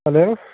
hello